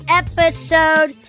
episode